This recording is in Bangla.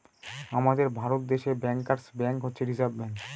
আমাদের ভারত দেশে ব্যাঙ্কার্স ব্যাঙ্ক হচ্ছে রিসার্ভ ব্যাঙ্ক